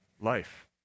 Life